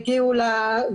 ההודעות הקוליות,